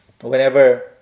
whenever